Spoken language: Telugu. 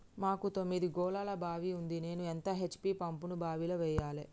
మాకు తొమ్మిది గోళాల బావి ఉంది నేను ఎంత హెచ్.పి పంపును బావిలో వెయ్యాలే?